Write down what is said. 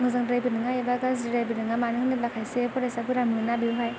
मोजांद्रायबो नङा एबा गाज्रिद्रायबो नङा मानो होनोब्ला खायसे फरायसाफोरा मोना बेवहाय